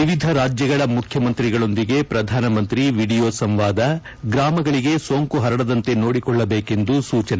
ವಿವಿಧ ರಾಜ್ಯಗಳ ಮುಖ್ಯಮಂತ್ರಿಗಳೊಂದಿಗೆ ಪ್ರಧಾನಮಂತ್ರಿ ವಿಡಿಯೋ ಸಂವಾದ ಗ್ರಾಮಗಳಿಗೆ ಸೋಂಕು ಪರಡದಂತೆ ನೋಡಿಕೊಳ್ಳಬೇಕೆಂದು ಸೂಚನೆ